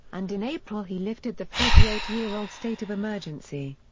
and in april he lifted the forty eight year old state of emergency.